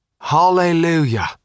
Hallelujah